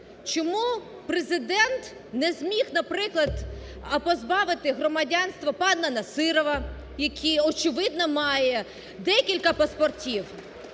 чому Президент не зміг, наприклад, позбавити громадянства пана Насірова, який, очевидно, має декілька паспортів.